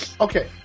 okay